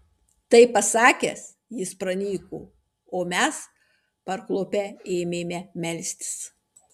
tai pasakęs jis pranyko o mes parklupę ėmėme melstis